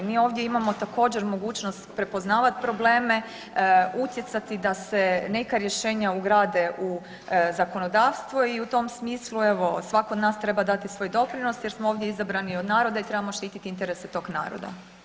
Mi ovdje imamo također mogućnost prepoznavat probleme, utjecati da se neka rješenja ugrade u zakonodavstvo i u tom smislu evo svatko od nas treba dati svoj doprinos jer smo ovdje izabrani od naroda i trebamo štititi interese tog naroda.